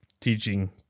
teaching